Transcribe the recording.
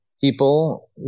people